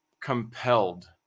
compelled